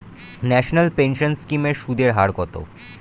National pension scheme এর সুদের হার কত?